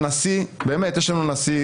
יש לנו נשיא,